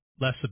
less